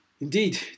Indeed